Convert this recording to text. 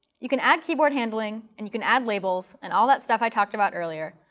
you can add keyboard handling, and you can add labels, and all that stuff i talked about earlier,